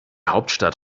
hauptstadt